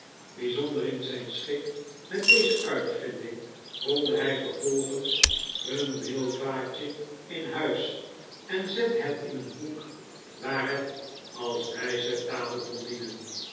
bijzonder in zijn schik met deze uitvinding rolde hij vervolgens hun meelvaatje in huis en zette het in een hoek waar het als bijzet tafel kon dienen